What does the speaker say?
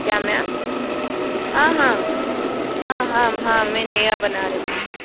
क्या मैम हाँ हाँ हाँ हाँ हाँ मैं नया बना रही हूँ